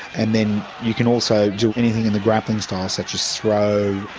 and then you can also do anything in the grappling style, such as throw,